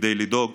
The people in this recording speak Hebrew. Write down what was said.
כדי לדאוג